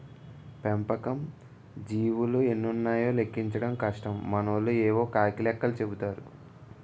పెంపకం జీవులు ఎన్నున్నాయో లెక్కించడం కష్టం మనోళ్లు యేవో కాకి లెక్కలు చెపుతారు